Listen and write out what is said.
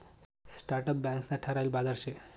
startup banks ना ठरायल बाजार शे